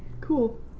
Cool